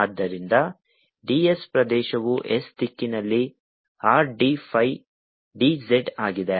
ಆದ್ದರಿಂದ ds ಪ್ರದೇಶವು s ದಿಕ್ಕಿನಲ್ಲಿ R d phi d z ಆಗಿದೆ